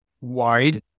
wide